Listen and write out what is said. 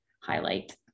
highlight